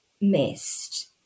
missed